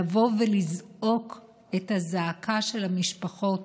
לזעוק את הזעקה של המשפחות